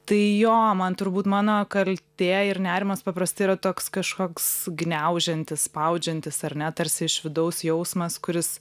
tai jo man turbūt mano kaltė ir nerimas paprastai yra toks kažkoks gniaužiantis spaudžiantis ar ne tarsi iš vidaus jausmas kuris